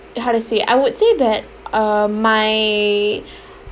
how to say I would say that uh my